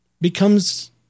becomes